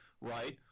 right